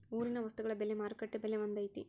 ಊರಿನ ವಸ್ತುಗಳ ಬೆಲೆ ಮಾರುಕಟ್ಟೆ ಬೆಲೆ ಒಂದ್ ಐತಿ?